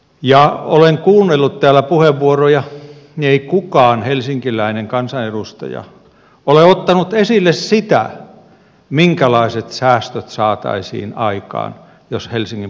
kun olen kuunnellut täällä puheenvuoroja niin ei kukaan helsinkiläinen kansanedustaja ole ottanut esille sitä minkälaiset säästöt saataisiin aikaan jos helsingin palvelutuotantoa tehostettaisiin